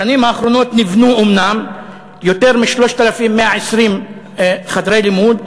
בשנים האחרונות נבנו אומנם יותר מ-3,120 חדרי לימוד,